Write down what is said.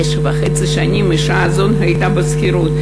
במשך תשע וחצי שנים האישה הזאת חיה בשכירות,